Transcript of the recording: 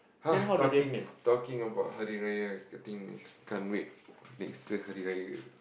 !ha! talking talking about Hari Raya I think can't wait next year Hari Raya